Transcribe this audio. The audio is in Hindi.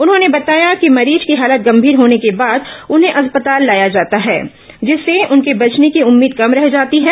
उन्होंने बताया कि मरीज की हालत गंभीर होने के बाद उन्हें अस्पताल लाया जाता है जिससे उनके बचर्ने की उम्मीद कम रह जाती है